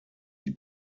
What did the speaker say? die